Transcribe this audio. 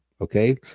Okay